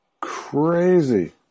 crazy